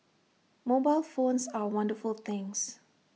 mobile phones are wonderful things